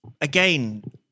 again